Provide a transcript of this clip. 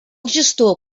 gestor